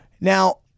Now